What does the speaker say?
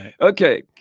Okay